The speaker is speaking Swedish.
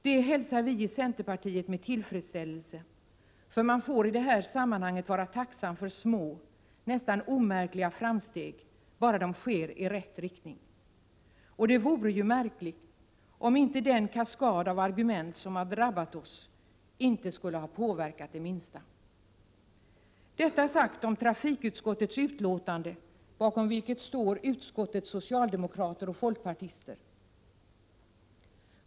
Detta hälsar vi i centerpartiet med tillfredsställelse, för man får i det här sammanhanget vara tacksam för små, nästan omärkliga, framsteg bara de sker i rätt riktning. Det vore ju märkligt om inte den kaskad av argument som har drabbat oss inte skulle ha påverkat oss det minsta. Detta sagt om trafikutskottets utlåtande, bakom vilket står utskottets socialdemokrater och folkpartister.